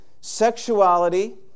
sexuality